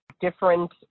different